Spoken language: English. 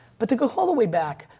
but to go all the way back,